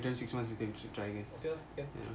okay lor can